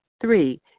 Three